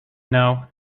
know